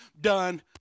done